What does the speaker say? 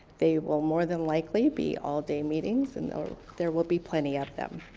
they will more than likely be all day meetings and there will be plenty of them.